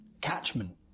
catchment